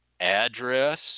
address